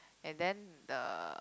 and then the